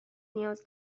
نیاز